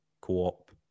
co-op